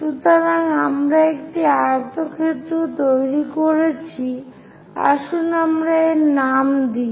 সুতরাং আমরা একটি আয়তক্ষেত্র তৈরি করেছি আসুন আমরা এর নাম দিই